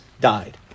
died